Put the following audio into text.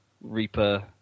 Reaper